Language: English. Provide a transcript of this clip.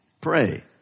pray